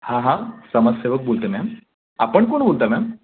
हां हां समाजसेवक बोलतो आहे मॅम आपण कोण बोलत आहे मॅम